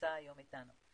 שנמצא היום איתנו.